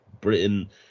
Britain